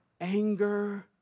anger